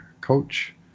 coach